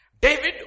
David